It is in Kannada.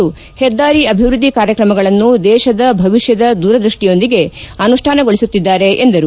ಪೆದ್ದಾರಿ ಅಭಿವೃದ್ದಿ ಕಾರ್ಯತ್ರಮಗಳನ್ನು ದೇಶದ ಭವಿಷ್ಯದ ದೂರದೃಷ್ಲಿಯೊಂದಿಗೆ ಅನುಷ್ಠಾನಗೊಳಿಸುತ್ತಿದ್ದಾರೆ ಎಂದರು